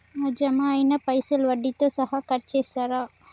నా జమ అయినా పైసల్ వడ్డీతో సహా కట్ చేస్తరా?